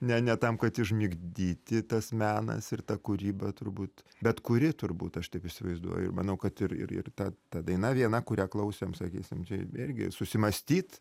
ne ne tam kad užmigdyti tas menas ir ta kūryba turbūt bet kuri turbūt aš taip įsivaizduoju ir manau kad ir ir ir ta ta daina viena kurią klausėm sakysim čia irgi susimąstyt